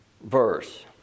verse